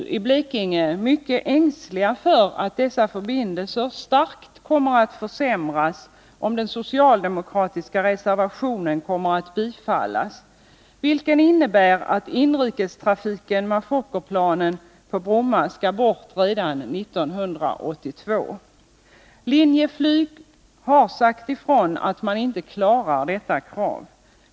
Vi i Blekinge är nu mycket ängsliga för att dessa förbindelser starkt kommer att försämras om man bifaller den socialdemokratiska reservationen och dess förslag om att inrikestrafiken med Fokkerplanen på Bromma skall bort redan 1982. Linjeflyg har sagt ifrån. Man klarar inte att tillgodose detta krav.